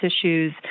issues